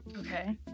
Okay